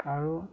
আৰু